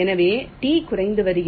எனவே T குறைந்து வருகிறது